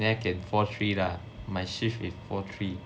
then I can four three lah my shift is four three